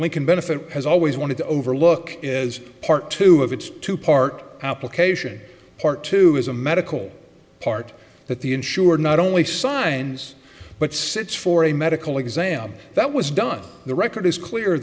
lincoln benefit has always won the overlook is part two of its two part application part two is a medical part that the insurer not only signs but sits for a medical exam that was done the record is clear